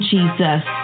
Jesus